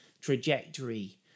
trajectory